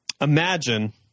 Imagine